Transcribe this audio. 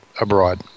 abroad